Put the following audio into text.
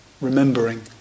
remembering